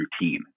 routine